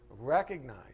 recognize